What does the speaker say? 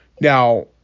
Now